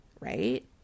right